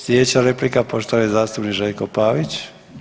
Sljedeća replika, poštovani zastupnik Željko Pavić.